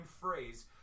phrase